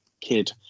kid